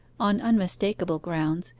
on unmistakable grounds,